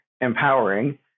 empowering